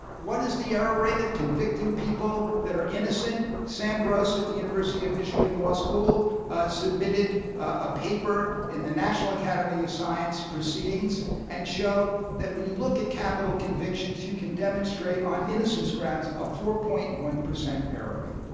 what is the error rate of convicting people that are innocent? sam gross at the university of michigan law school submitted a paper in the national academy of science proceedings and showed that when you look at capital convictions, you can demonstrate on innocence grounds a four. one percent error rate,